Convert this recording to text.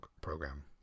program